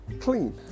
Clean